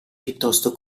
piuttosto